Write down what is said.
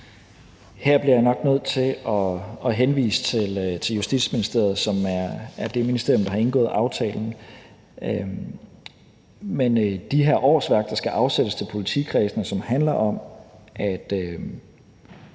Her bliver jeg nok nødt til at henvise til Justitsministeriet, som er det ministerium, som har indgået aftalen. Men de her årsværk, der skal afsættes til politikredsene, handler om at